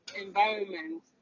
environment